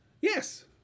Yes